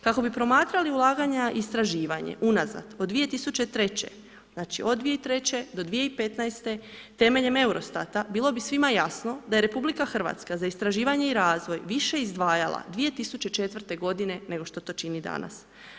Kako bi promatrali ulaganja istraživanje unazad od 2003., znači od 2003. do 2015. temeljem EUROSTAT-a bilo bi svima jasno da je RH za istraživanje i razvoj više izdvajala 2004. godine, nego što to čini danas.